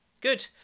Good